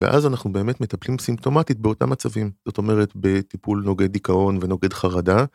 ואז אנחנו באמת מטפלים סימפטומטית באותם מצבים, זאת אומרת, בטיפול נוגד דיכאון ונוגד חרדה.